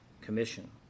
Commission